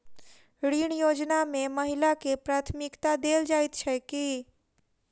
ऋण योजना मे महिलाकेँ प्राथमिकता देल जाइत छैक की?